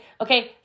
okay